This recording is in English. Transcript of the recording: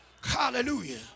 Hallelujah